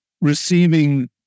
receiving